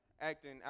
acting